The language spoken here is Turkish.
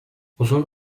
uzun